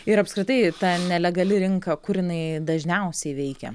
ir apskritai ta nelegali rinka kur jinai dažniausiai veikia